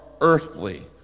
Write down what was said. earthly